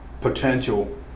potential